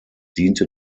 diente